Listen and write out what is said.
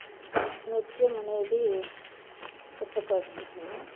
నృత్యం అనేది పుట్టుకొస్తుంది